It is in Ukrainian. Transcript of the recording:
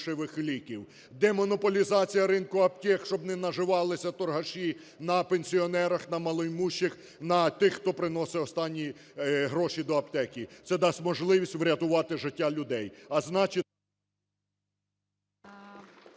демонополізація ринку аптек, щоб не наживалися торгаші на пенсіонерах, на малоімущих, на тих, хто приносить останні гроші до аптеки, це дасть можливість врятувати життя людей,